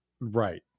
Right